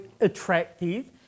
attractive